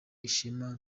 ishema